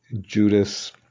judas